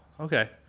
okay